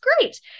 great